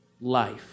life